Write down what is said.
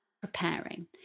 preparing